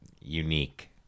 unique